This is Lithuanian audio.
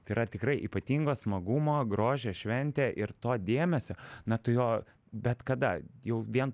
tai yra tikrai ypatingo smagumo grožio šventė ir to dėmesio na tu jo bet kada jau vien